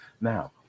Now